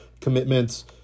Commitments